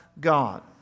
God